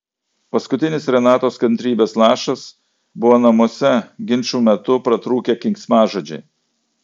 paskutinis renatos kantrybės lašas buvo namuose ginčų metu pratrūkę keiksmažodžiai